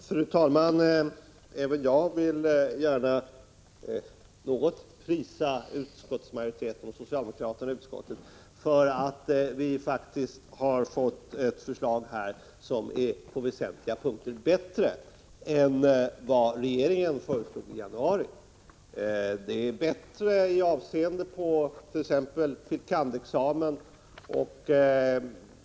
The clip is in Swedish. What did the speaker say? Fru talman! Även jag vill gärna något prisa den socialdemokratiska majoriteten i utskottet för att vi faktiskt har fått ett förslag som på väsentliga punkter är bättre än regeringens förslag i januari. Det är bättre t.ex. med avseende på fil. kand.-examen.